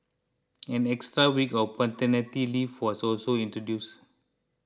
an extra week of paternity leave was also introduced